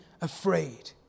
afraid